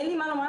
אין לי מה לומר,